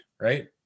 right